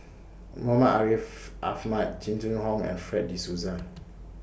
Muhammad Ariff Ahmad Jing Jun Hong and Fred De Souza